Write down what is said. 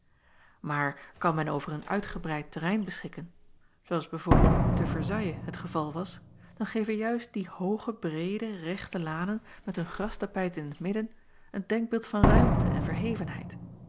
aar kan men over een uitgebreid terrein beschikken zoo als b v te ersailles het geval was dan geven juist die hooge breede rechte lanen met hun grastapijt in t midden een denkbeeld van ruimte en verhevenheid